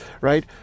right